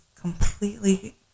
completely